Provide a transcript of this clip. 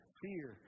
fear